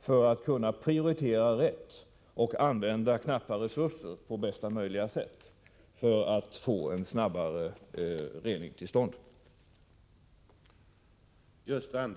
för att kunna prioritera rätt och använda knappa resurser på bästa möjliga sätt för att få en snabbare rening till stånd.